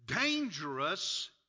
dangerous